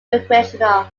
recreational